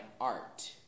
art